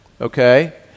okay